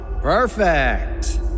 Perfect